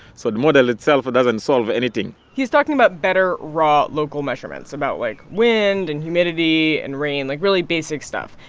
so the model itself doesn't solve anything he's talking about better raw, local measurements about, like, wind and humidity and rain, like really basic stuff.